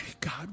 God